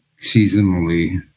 seasonally